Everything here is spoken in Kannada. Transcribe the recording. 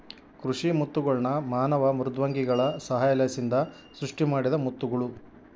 ಕೃಷಿ ಮುತ್ತುಗಳ್ನ ಮಾನವ ಮೃದ್ವಂಗಿಗಳ ಸಹಾಯಲಿಸಿಂದ ಸೃಷ್ಟಿಮಾಡಿದ ಮುತ್ತುಗುಳು